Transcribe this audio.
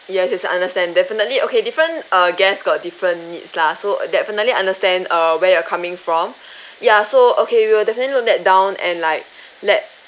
yes is understand definitely okay different uh guests got different needs lah so definitely understand err where you're coming from ya so okay we would definitely note that down and like let